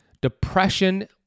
depression